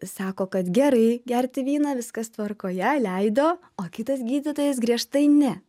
sako kad gerai gerti vyną viskas tvarkoje leido o kitas gydytojas griežtai ne